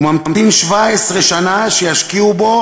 הוא ממתין 17 שנה שישקיעו בו